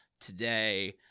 today